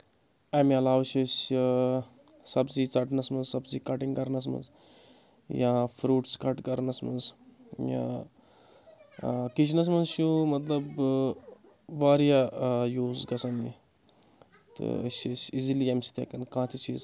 اَمہِ علاوٕ چھِ أسۍ سَبزی ژَٹنَس منٛز سَبزی کَٹِنٛگ کَرنَس منٛز یا فروٗٹٕس کَٹ کَرنَس منٛز یا کِچنَس منٛز چھُ مطلب واریاہ یوٗز گژھان یہِ تہٕ أسۍ چھِ أسۍ ایٖزلی اَمہِ سۭتۍ ہیٚکَان کانٛہہ تہِ چیٖز کَٹ کٔرِتھ